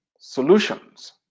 solutions